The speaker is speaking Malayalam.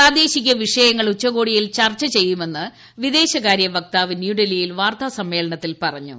പ്രാദേശിക വിഷയങ്ങൾ ഉച്ചകോടിയിൽ ചർച്ച ചെയ്യുമെന്ന് വിദേശകാരൃ വക്താവ് ന്യൂഡൽഹിയിൽ വാർത്താ സമ്മേളനത്തിൽ പറഞ്ഞു